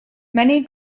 many